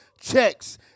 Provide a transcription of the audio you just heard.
checks